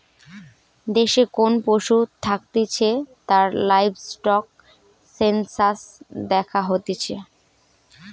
দেশে কোন পশু থাকতিছে তার লাইভস্টক সেনসাস দ্যাখা হতিছে